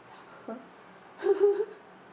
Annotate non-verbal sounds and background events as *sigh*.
*laughs*